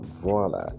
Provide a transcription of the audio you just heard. Voila